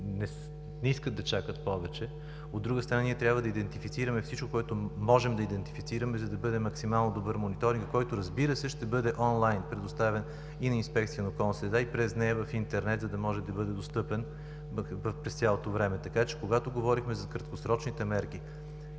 не искат да чакат повече. От друга страна, ние трябва да идентифицираме всичко, което можем да идентифицираме, за да бъде максимално добър мониторингът, който, разбира се, ще бъде онлайн предоставен и на Инспекцията на околната среда и през нея, в Интернет, за да може да бъде достъпен през цялото време. Говорехме за краткосрочните мерки,